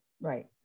Right